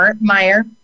Meyer